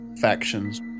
factions